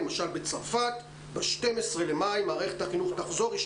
למשל, בצרפת, מערכת החינוך תחזור ב-12.5.